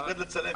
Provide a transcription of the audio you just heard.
יירד לצלם.